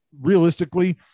realistically